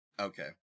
Okay